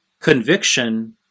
conviction